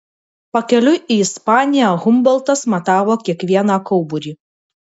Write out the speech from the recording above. pakeliui į ispaniją humboltas matavo kiekvieną kauburį